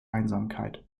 einsamkeit